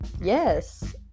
Yes